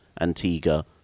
Antigua